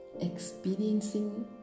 Experiencing